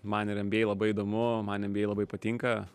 man ir nba labai įdomu man nba labai patinka